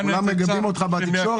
כולם מגבים אותך בתקשורת,